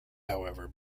however